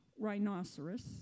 rhinoceros